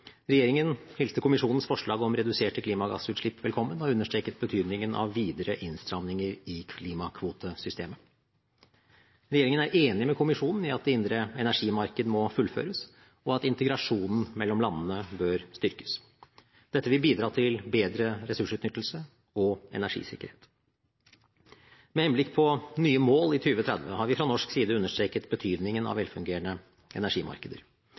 Regjeringen hilste kommisjonens forslag om reduserte klimagassutslipp velkommen, og understreket betydningen av videre innstramninger i klimakvotesystemet. Regjeringen er enig med kommisjonen i at det indre energimarked må fullføres, og at integrasjonen mellom landene bør styrkes. Dette vil bidra til bedre ressursutnyttelse og energisikkerhet. Med henblikk på nye mål i 2030 har vi fra norsk side understreket betydningen av velfungerende energimarkeder.